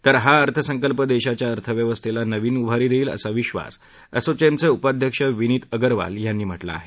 तर हा अर्थसंकल्प देशाच्या अर्थव्यवस्थेला नवीन उभारी देईल असा विश्वास असोचेमचे उपाध्यक्ष विनीत अगरवाल यांनी म्हटलं आहे